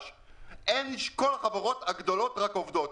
נראה שרק החברות הגדולות עובדות,